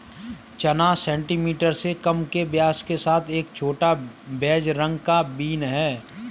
चना सेंटीमीटर से कम के व्यास के साथ एक छोटा, बेज रंग का बीन है